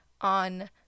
on